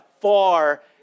far